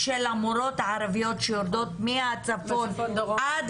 של המורות הערביות שיורדות מהצפון עד